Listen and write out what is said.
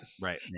Right